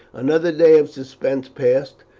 another day of suspense passed.